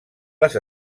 les